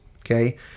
okay